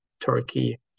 Turkey